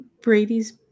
Brady's